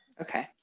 Okay